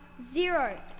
zero